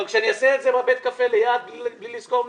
אבל כשאני אעשה את זה בבית הקפה בלי לשכור משרד,